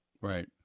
Right